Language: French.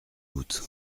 doute